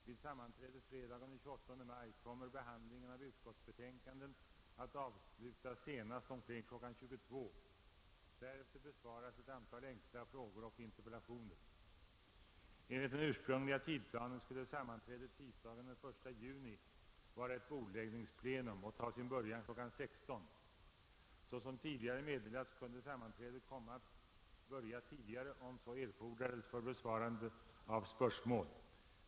Vid sammanträdet fredagen den 28 maj kommer behandlingen av utskottsbetänkanden att avslutas senast omkring kl. 22.00. Därefter besvaras ett antal enkla frågor och interpellationer. Enligt den ursprungliga tidplanen skulle sammanträdet tisdagen den 1 juni vara ett bordläggningsplenum och ta sin början kl. 16.00. Såsom tidigare meddelats kunde sammanträdet komma att börja tidigare om så erfordrades för besvarande av spörsmål.